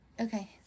Okay